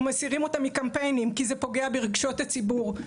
או מסירים אותם מקמפיינים כי זה פוגע ברגשות הציבור,